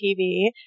TV